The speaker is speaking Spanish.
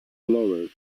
lovers